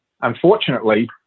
Unfortunately